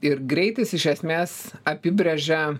ir greitis iš esmės apibrėžia